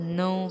no